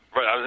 Right